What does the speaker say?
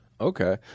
okay